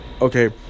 Okay